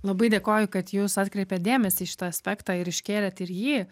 labai dėkoju kad jūs atkreipėt dėmesį į šį aspektą ir iškėlėt ir jį